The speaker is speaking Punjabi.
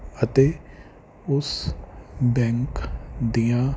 ਅਤੇ ਉਸ ਬੈਂਕ ਦੀਆਂ